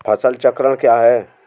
फसल चक्रण क्या है?